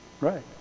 Right